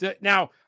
Now